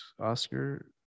Oscar